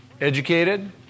educated